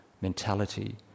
mentality